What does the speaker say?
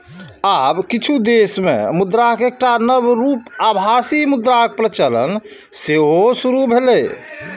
आब किछु देश मे मुद्राक एकटा नव रूप आभासी मुद्राक प्रचलन सेहो शुरू भेलैए